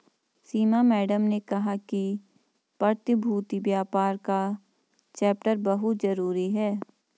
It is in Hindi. सीमा मैडम ने कहा कि प्रतिभूति व्यापार का चैप्टर बहुत जरूरी है